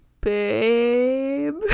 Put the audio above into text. babe